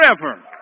forever